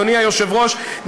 אדוני היושב-ראש,